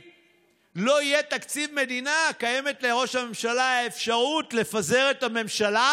כללי, משיעור התחלואה הגבוה מאוד במדינת